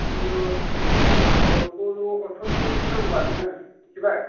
जिखुनु रावनोबोल' हरथ'नो नांला नोङो मिथिबाय